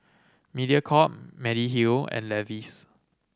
Mediacorp Mediheal and Levi's